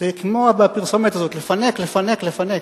כמו בפרסומת הזאת, "לפנק, לפנק לפנק"